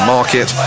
Market